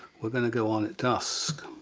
we're gonna go on at dusk,